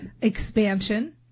expansion